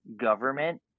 government